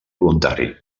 voluntari